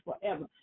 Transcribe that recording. forever